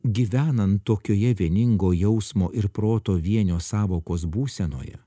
gyvenant tokioje vieningo jausmo ir proto vienio sąvokos būsenoje